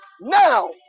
now